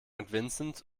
vincent